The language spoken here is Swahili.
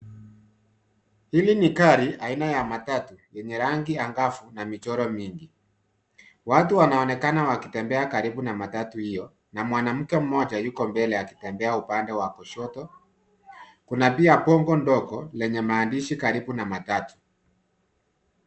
Hili ni gari aina ya matatu lenye rangi angavu na michoro mingi. Watu wanaonekana wakitembea karibu na matatu hiyo na mwanamke mmoja yuko mbele akitembea upande wa kushoto. Kuna pia bango dogo lenye maandishi karibu na matatu.